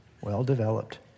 Well-developed